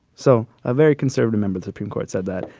so a very conservative member of supreme court said that,